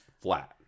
flat